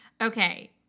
okay